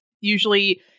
usually